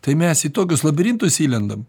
tai mes į tokius labirintus įlendam